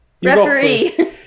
referee